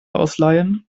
ausleihen